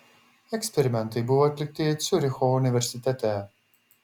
eksperimentai buvo atlikti ciuricho universitete